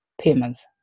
payments